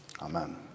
Amen